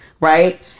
right